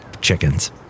chickens